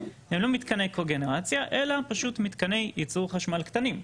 הם לא מתקני קוגנרציה אלא מתקני ייצור חשמל קטנים.